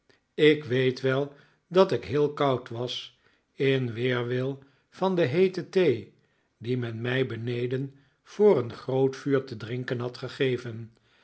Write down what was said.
ik weet wel dat ik heel koud was in weerwil van de heete thee die men mij beneden voor een groot vuur te drinken had gegeven